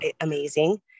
amazing